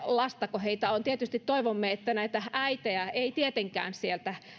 lastako heitä on tietysti toivomme että näitä äitejä ei tietenkään sieltä